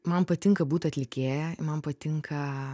man patinka būt atlikėja man patinka